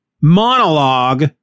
monologue